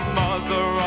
mother